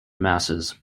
masses